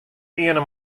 earne